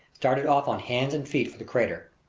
started off on hands and feet for the crater.